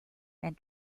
and